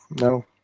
no